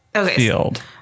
field